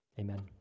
Amen